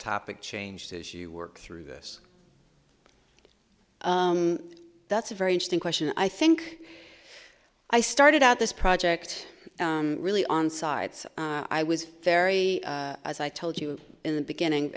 topic changed as you work through this that's a very interesting question i think i started out this project really onsides i was very as i told you in the beginning